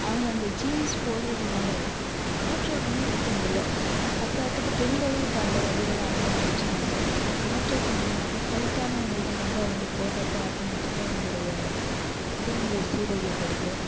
அவங்க அந்த ஜீன்ஸ் போடுறதுனால காற்றோட்டமே இருக்கறதில்லை பத்தாததுக்கு பெண்களும் இப்போ அந்த உடைகளை அணிய ஆரம்பிச்சிர்றாங்க ஒரு காற்றோட்டம் இல்லாத டைட்டான உடைகள் வந்து அவங்க போட்றப்போ ஆட்டோமேட்டிக்காக அவங்களுடைய உடல்நிலை சீரழியப்படுது